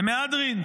למהדרין.